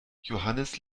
johannes